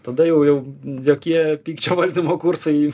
tada jau jau jokie pykčio valdymo kursai